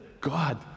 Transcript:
God